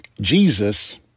Jesus